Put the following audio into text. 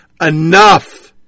enough